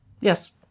Yes